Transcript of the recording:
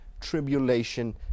tribulation